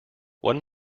one